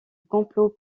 complot